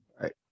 Right